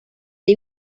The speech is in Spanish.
hay